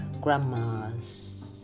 grandmas